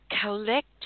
collect